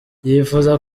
yifuza